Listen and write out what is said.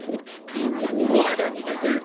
এ কী বলব আর আপনাকে